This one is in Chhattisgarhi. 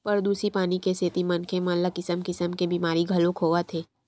परदूसित पानी के सेती मनखे मन ल किसम किसम के बेमारी घलोक होवत हे